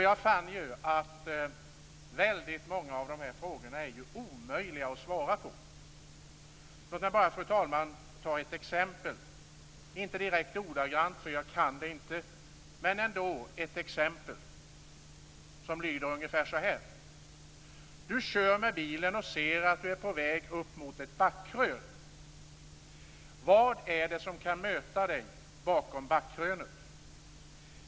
Jag fann att många av frågorna var omöjliga att svara på. Låt mig bara ta upp ett exempel som lyder ungefär så här: Du kör med bilen och ser att du är på väg upp mot ett backkrön. Vad är det som kan möta dig bakom backkrönet?